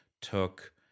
took